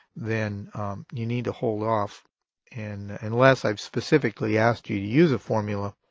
then you need to hold off and unless i've specifically asked you to use a formula,